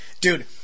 Dude